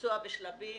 ביצוע בשלבים,